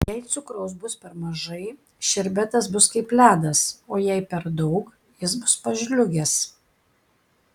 jei cukraus bus per mažai šerbetas bus kaip ledas o jei per daug jis bus pažliugęs